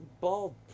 bald